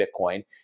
Bitcoin